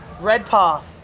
Redpath